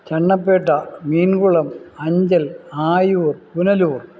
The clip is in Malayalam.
ചണ്ണപ്പേട്ട മീന്കുളം അഞ്ചൽ ആയുർ പുനല്ലൂർ